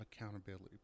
accountability